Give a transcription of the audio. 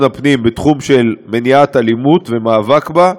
הפנים בתחום של מניעת אלימות ומאבק בה,